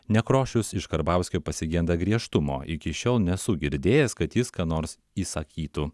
nekrošius iš karbauskio pasigenda griežtumo iki šiol nesu girdėjęs kad jis ką nors įsakytų